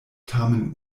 tamen